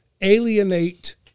alienate